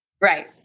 Right